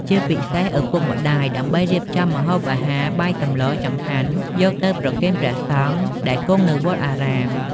ជាពិសេសឪពុកម្ដាយ ដើម្បីរៀបចំម្ហូបអាហារ បាយសម្ល ចង្ហាន់យកទៅប្រគេនព្រះសង្ឃដែលគង់នៅវត្តអារាម។